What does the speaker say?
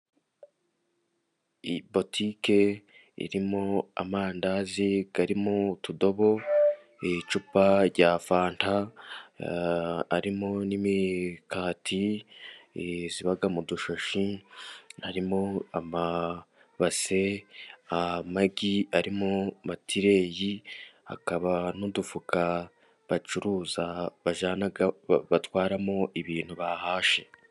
Butike irimo amandazi, irimo utudobo, icupa rya fanta, harimo n'imikati iba mu dushashi, harimo amabase, amagi ari mu matireyi, hakaba n'udufuka bacuruza bajyana, batwaramo ibintu bahashye.